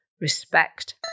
Respect